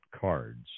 cards